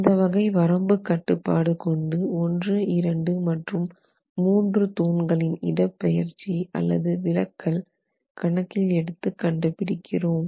இந்த வகை வரம்பு கட்டுப்பாடு கொண்டு 12 மற்றும் 3 தூண்களின் இடப்பெயர்ச்சி அல்லது விலக்கல் கணக்கில் எடுத்து கண்டுபிடிக்கிறோம்